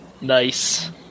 Nice